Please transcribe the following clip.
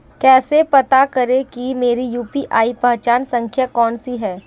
कैसे पता करें कि मेरी यू.पी.आई पहचान संख्या कौनसी है?